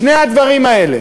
שני הדברים האלה